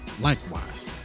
Likewise